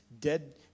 dead